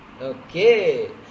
Okay